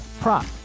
prop